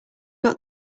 got